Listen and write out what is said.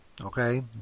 okay